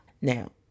now